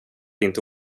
inte